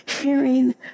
hearing